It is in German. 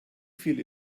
viele